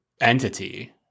entity